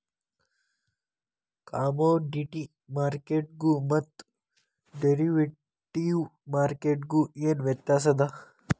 Commodity ಮಾರ್ಕೆಟ್ಗು ಮತ್ತ derivative ಮಾರ್ಕೆಟ್ಗು ಏನ್ ವ್ಯತ್ಯಾಸದ?